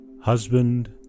Husband